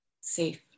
safe